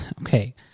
Okay